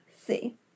see